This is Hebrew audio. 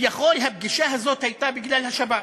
כביכול הפגישה הזאת הייתה בגלל השבת,